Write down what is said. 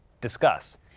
discuss